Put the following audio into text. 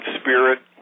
spirit